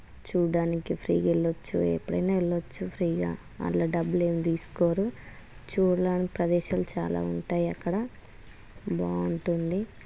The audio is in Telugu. చూడ్డానికి ఫ్రీగా వెళ్ళవచ్చు ఎప్పుడైనా వెళ్ళవచ్చు ఫ్రీగా అట్ల డబ్బులేం తీసుకోరు చూడరాని ప్రదేశాలు చాలా ఉంటాయి అక్కడ బాగుంటుంది